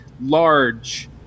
large